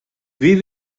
wie